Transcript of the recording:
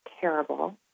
terrible